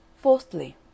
Fourthly